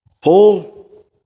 Paul